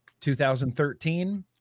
2013